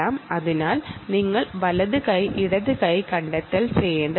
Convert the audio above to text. അതിനാൽ നിങ്ങൾ വലത് കൈയാണോ ഇടത് കൈയാണോ എന്നത് കണ്ടെത്തേണ്ടതുണ്ട്